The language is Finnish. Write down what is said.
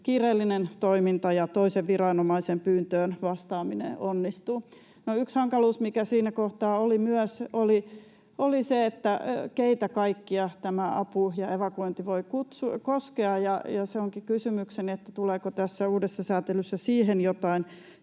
kiireellinen toiminta ja toisen viranomaisen pyyntöön vastaaminen onnistuu. No, yksi hankaluus, mikä siinä kohtaa oli myös, oli se, että keitä kaikkia tämä apu ja evakuointi voi koskea, ja se onkin kysymykseni, tuleeko tässä uudessa säätelyssä siihen jotain